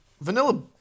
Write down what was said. Vanilla